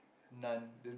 nun